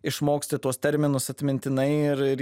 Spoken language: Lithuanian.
išmoksti tuos terminus atmintinai ir